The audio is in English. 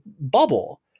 bubble